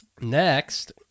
Next